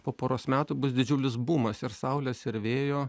po poros metų bus didžiulis bumas ir saulės ir vėjo